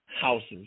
houses